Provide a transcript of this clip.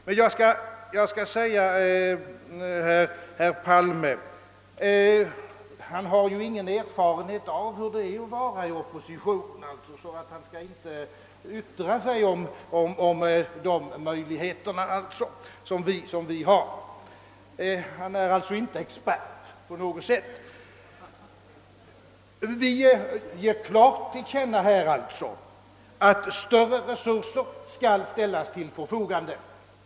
Herr Palme har ingen erfarenhet av hur det är att vara i opposition, och han skall därför inte yttra sig om de möjligheter som oppositionen har. Han är inte på något sätt någon expert. Vi ger klart till känna att vi anser, att större resurser bör ställas till förfogande.